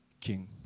King